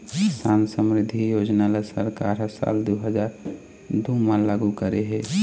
किसान समरिद्धि योजना ल सरकार ह साल दू हजार दू म लागू करे हे